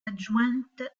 adjointe